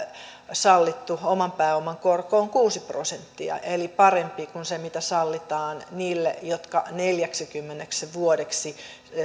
sallittu oman pääoman korko on kuusi prosenttia eli parempi kuin se mitä sallitaan niille jotka neljäksikymmeneksi vuodeksi